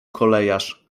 kolejarz